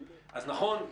אז נכון,